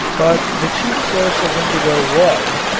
but the chief source of indigo was,